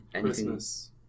Christmas